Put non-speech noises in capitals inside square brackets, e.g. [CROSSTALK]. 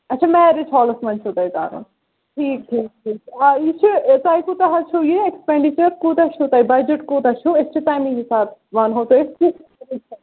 اَچھا مٮ۪ریج حالَس منٛز چھُو تۄہہِ کَرُن ٹھیٖک ٹھیٖک ٹھیٖک وَ یہِ چھُ تۄہہِ کوٗتاہ حظ چھُ یہِ اٮ۪کٕسپٮ۪نڈِچَر کوٗتاہ چھُو تۄہہِ بَجَٹ کوتاہ چھُو أسۍ چھِ تٔمی حساب وَنہو تۄہہِ أسۍ [UNINTELLIGIBLE]